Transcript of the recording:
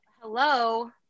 Hello